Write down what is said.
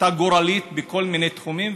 גורלית בכל מיני תחומים,